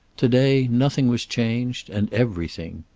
to-day nothing was changed, and everything.